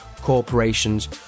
corporations